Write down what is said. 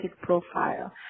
profile